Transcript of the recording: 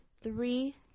Three